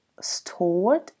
stored